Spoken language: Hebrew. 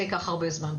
זה ייקח הרבה זמן.